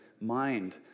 mind